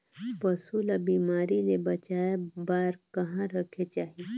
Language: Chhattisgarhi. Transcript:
पशु ला बिमारी ले बचाय बार कहा रखे चाही?